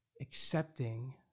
accepting